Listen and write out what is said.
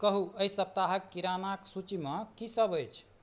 कहू एहि सप्ताहके किरानाके सूचिमे कि सब अछि